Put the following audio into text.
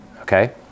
Okay